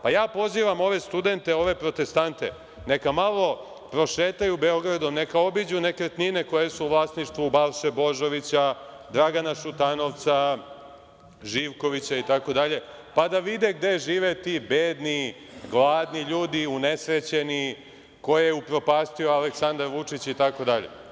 Pozivam ove studente, ove protestante, neka malo prošetaju Beogradom, neka obiđu nekretnine koje su u vlasništvu Balše Božovića, Dragana Šutanovca, Živkovića itd, pa da vide gde žive ti bedni, gladni ljudi, unesrećeni, koje je upropastio Aleksandar Vučić itd.